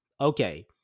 okay